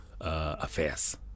affairs